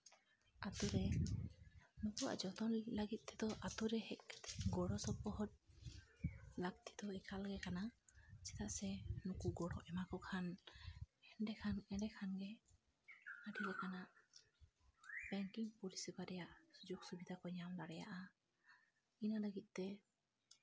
ᱟᱹᱛᱩᱨᱮ ᱱᱩᱠᱩᱣᱟᱜ ᱡᱚᱛᱚᱱ ᱞᱟᱹᱜᱤᱫ ᱛᱮᱫᱚ ᱟᱹᱛᱩᱨᱮ ᱦᱮᱡ ᱠᱟᱛᱮᱫ ᱜᱚᱲᱚ ᱥᱚᱯᱚᱦᱚᱫ ᱞᱟᱹᱠᱛᱤ ᱫᱚ ᱮᱠᱟᱞ ᱜᱮ ᱠᱟᱱᱟ ᱪᱮᱫᱟᱜ ᱥᱮ ᱱᱩᱠᱩ ᱜᱚᱲᱚ ᱮᱢᱟᱠᱚ ᱠᱷᱟᱱ ᱮᱸᱰᱮᱠᱷᱟᱱ ᱮᱸᱰᱮᱠᱷᱟᱱ ᱜᱮ ᱟᱹᱰᱤ ᱞᱮᱠᱟᱱᱟᱜ ᱵᱮᱝᱠᱤᱝ ᱯᱚᱨᱤᱥᱮᱵᱟ ᱨᱮᱭᱟᱜ ᱥᱩᱡᱳᱜᱽ ᱥᱩᱵᱤᱫᱷᱟ ᱠᱚ ᱧᱟᱢ ᱫᱟᱲᱮᱭᱟᱜᱼᱟ ᱤᱱᱟᱹ ᱞᱟᱹᱜᱤᱫ ᱛᱮ